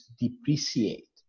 depreciate